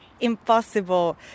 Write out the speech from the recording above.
impossible